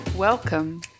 Welcome